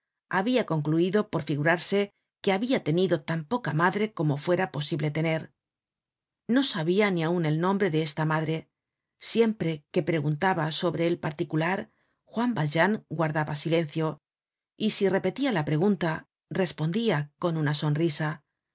habia concluido por figurarse que habia tenido tan poca madre como fuera posible tener no sabia ni aun el nombre de esta madre siempre que preguntaba sobre el particular juan valjean guardaba silencio y si repetia la pregunta respondía con una sonrisa una